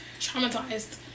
traumatized